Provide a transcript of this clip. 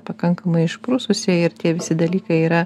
pakankamai išprususi ir tie visi dalykai yra